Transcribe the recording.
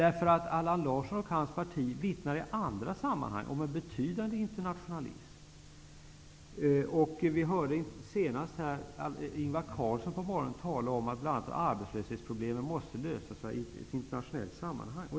Allan Larsson och hans parti vittnar i andra sammanhang om en betydande internationalism. På morgonen hörde vi Ingvar Carlsson tala om att bl.a. arbetslöshetsproblemen måste lösas i ett internationellt sammanhang.